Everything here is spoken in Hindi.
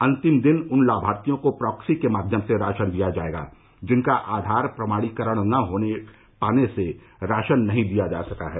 अंतिम दिन उन लाभार्थियों को प्रॉक्सी के माध्यम से राशन दिया जाएगा जिनका आधार प्रमाणीकरण न हो पाने से राशन नहीं दिया जा सका है